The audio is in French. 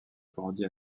grandi